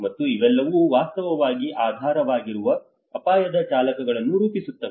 ಮತ್ತು ಇವೆಲ್ಲವೂ ವಾಸ್ತವವಾಗಿ ಆಧಾರವಾಗಿರುವ ಅಪಾಯದ ಚಾಲಕಗಳನ್ನು ರೂಪಿಸುತ್ತವೆ